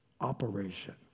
operation